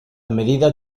medida